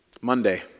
Monday